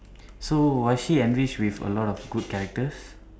so was she enriched with a lot of good characters